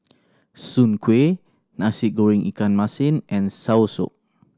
Soon Kueh Nasi Goreng ikan masin and soursop